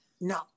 No